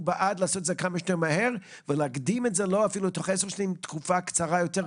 הוא בעד לעשות את זה כמה שיותר מהר ולהקדים את זה לתקופה קצרה יותר,